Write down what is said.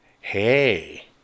Hey